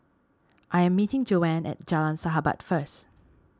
I am meeting Joanne at Jalan Sahabat first